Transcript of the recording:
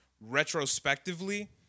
retrospectively